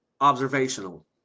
observational